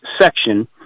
section